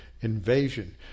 invasion